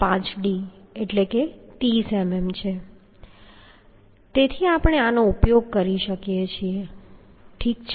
5d એટલે કે 30 mm છે તેથી આપણે આનો ઉપયોગ કરી શકીએ છીએ ઠીક છે